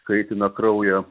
kaitina kraują